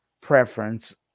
preference